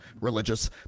religious